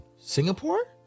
singapore